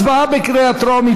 הצבעה בקריאה טרומית.